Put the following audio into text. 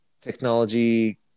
Technology